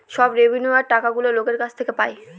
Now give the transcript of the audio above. সব রেভিন্যুয়র টাকাগুলো লোকের কাছ থেকে পায়